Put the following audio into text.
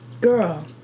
girl